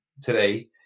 today